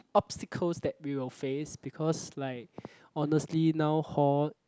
obstacles that we will face because like honestly now hall